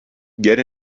get